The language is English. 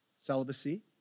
celibacy